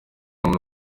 muntu